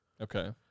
okay